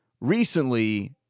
recently